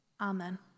Amen